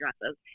dresses